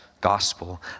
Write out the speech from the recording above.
gospel